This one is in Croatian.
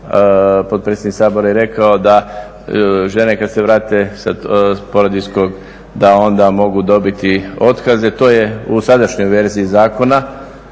potpredsjednik Sabora i rekao da žene kada se vrate sa porodiljnog da onda mogu dobiti otkaz jer to je u sadašnjoj verziji Zakona,